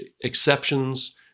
exceptions